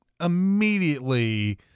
immediately